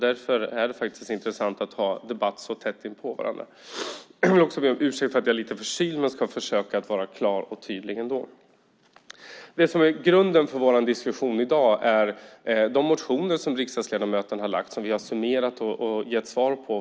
Därför är det intressant att ha debatterna så tätt inpå varandra. Grunden för vår diskussion i dag är de motioner som riksdagsledamöter väckt och som vi i utskottet summerat och gett svar på.